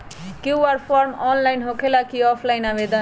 QR form online होकेला कि offline आवेदन?